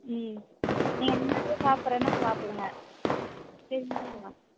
ம் நீங்கள் முன்னடியே சாப்பிட்றதுன்னா சாப்பிடுங்க திரிஞ்சு போய்விடும்